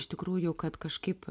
iš tikrųjų kad kažkaip